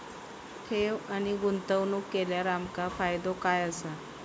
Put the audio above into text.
ठेव आणि गुंतवणूक केल्यार आमका फायदो काय आसा?